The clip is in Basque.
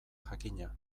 jakina